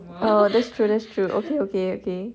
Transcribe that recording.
oh that's true that's true okay okay okay